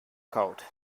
coat